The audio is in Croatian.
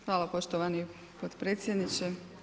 Hvala poštovani potpredsjedniče.